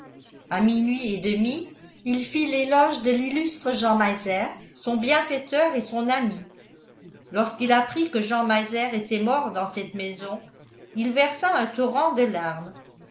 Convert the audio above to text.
à minuit et demi il fit l'éloge de l'illustre jean meiser son bienfaiteur et son ami lorsqu'il apprit que jean meiser était mort dans cette maison il versa un torrent de larmes